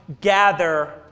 gather